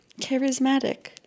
charismatic